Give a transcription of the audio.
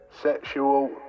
Sexual